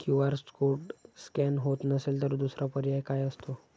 QR code scan होत नसेल तर दुसरा पर्याय काय असतो?